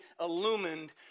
illumined